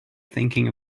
thinking